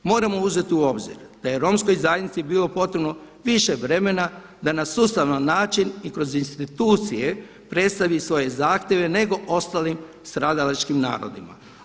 Moramo uzeti u obzir da je Romskoj zajednici bilo potrebno više vremena da na sustavan način i kroz institucije predstavi svoje zahtjeve nego ostalim stradalačkim narodima.